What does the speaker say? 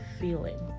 feeling